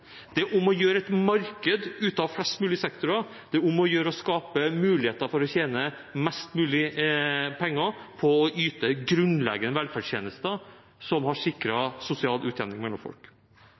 Det er om å gjøre å få et marked ut av flest mulige sektorer. Det er om å gjøre å skape muligheter for å tjene mest mulig penger på å yte grunnleggende velferdstjenester som har sikret sosial utjevning mellom folk.